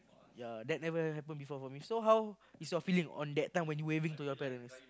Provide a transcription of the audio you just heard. yea that never happen before for me so how was your feeling on that time waving to your parents